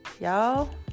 Y'all